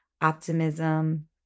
optimism